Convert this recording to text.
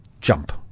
Jump